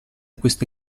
queste